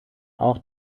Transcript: auch